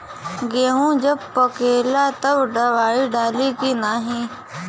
गेहूँ जब पकेला तब दवाई डाली की नाही?